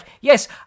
yes